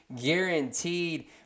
guaranteed